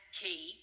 key